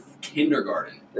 kindergarten